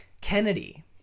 Kennedy